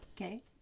Okay